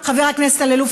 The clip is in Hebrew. חבר הכנסת אלאלוף,